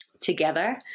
together